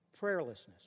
Prayerlessness